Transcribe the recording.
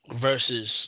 versus